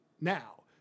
now